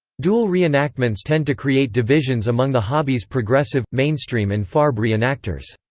dual reenactments tend to create divisions among the hobby's progressive, mainstream and farb re-enactors.